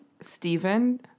Stephen